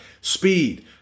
speed